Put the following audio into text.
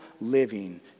living